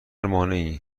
مانعی